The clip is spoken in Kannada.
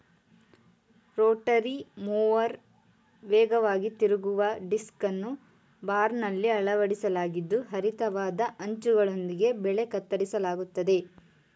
ರೋಟರಿ ಮೂವರ್ ವೇಗವಾಗಿ ತಿರುಗುವ ಡಿಸ್ಕನ್ನು ಬಾರ್ನಲ್ಲಿ ಅಳವಡಿಸಲಾಗಿದ್ದು ಹರಿತವಾದ ಅಂಚುಗಳೊಂದಿಗೆ ಬೆಳೆ ಕತ್ತರಿಸಲಾಗ್ತದೆ